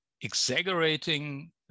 exaggerating